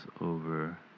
over